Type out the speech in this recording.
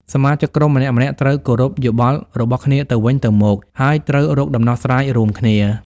សមាជិកក្រុមម្នាក់ៗត្រូវ គោរពយោបល់ របស់គ្នាទៅវិញទៅមក ហើយត្រូវរកដំណោះស្រាយរួមគ្នា។